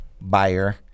buyer